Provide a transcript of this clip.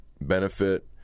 benefit